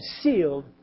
sealed